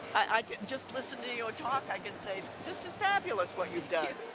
i could just listen to you talk i can say this is fabulous what you've done.